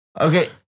Okay